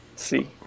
see